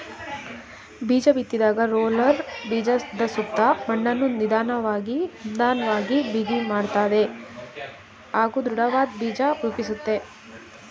ಬೀಜಬಿತ್ತಿದಾಗ roller ಬೀಜದಸುತ್ತ ಮಣ್ಣನ್ನು ನಿಧನ್ವಾಗಿ ಬಿಗಿಮಾಡ್ತದೆ ಹಾಗೂ ದೃಢವಾದ್ ಬೀಜ ರೂಪಿಸುತ್ತೆ